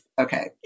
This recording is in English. okay